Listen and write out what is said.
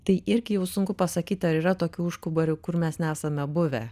tai irgi jau sunku pasakyt ar yra tokių užkaborių kur mes nesame buvę